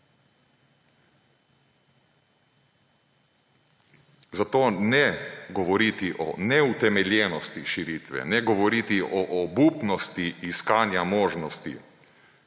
Zato ne govoriti o neutemeljenosti širitve, ne govoriti o obupanosti iskanja možnosti